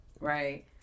Right